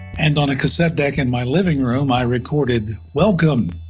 and on a cassette deck in my living room, i recorded, welcome!